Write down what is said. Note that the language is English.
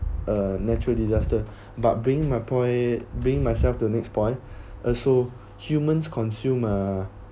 uh natural disaster but bring my point bring myself to next point also humans consume uh